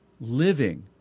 living